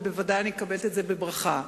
ובוודאי אני מקבלת את זה בברכה.